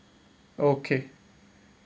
okay